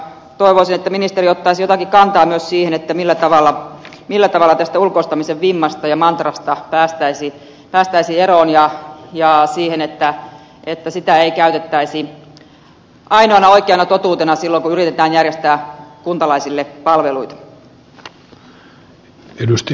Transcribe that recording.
toivoisin että ministeri ottaisi jotakin kantaa myös siihen millä tavalla tästä ulkoistamisen vimmasta ja mantrasta päästäisiin eroon ja päästäisiin siihen että sitä ei käytettäisi ainoana oikeana totuutena silloin kun yritetään järjestää kuntalaisille palveluita